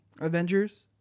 Avengers